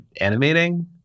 animating